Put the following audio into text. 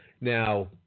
Now